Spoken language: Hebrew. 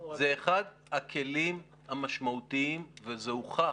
זה אחד הכלים המשמעותיים וזה הוכח